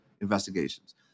investigations